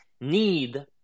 need